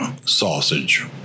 sausage